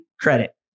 credit